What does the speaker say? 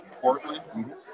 Portland